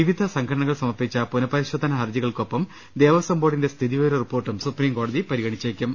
വിവിധ സംഘടനകൾ സമർപ്പിച്ച പുനഃപരിശോധനാ ഹർജി കൾക്കൊപ്പം ദേവസം ബോർഡിന്റെ സ്ഥിതിവിവര റിപ്പോർട്ടും സുപ്രീം കോടതി പരിഗണിച്ചേക്കും